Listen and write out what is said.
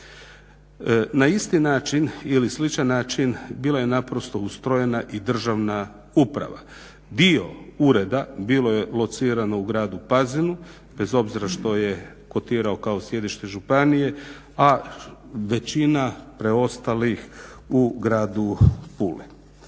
Na isti način ili sličan način bila je naprosto ustrojena i državna uprava. Dio ureda bilo je locirano u gradu Pazinu bez obzira što je kotirao kao sjedište županije, a većina preostalih u gradu Puli.